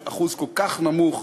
אחוז כל כך נמוך